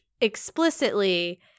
explicitly